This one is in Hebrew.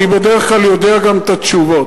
אני בדרך כלל יודע גם את התשובות.